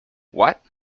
what